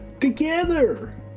together